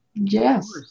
Yes